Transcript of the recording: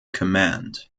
command